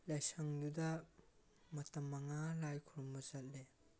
ꯂꯥꯏꯁꯪꯗꯨꯗ ꯃꯇꯝ ꯃꯉꯥ ꯂꯥꯏꯈꯨꯔꯝꯕ ꯆꯠꯂꯦ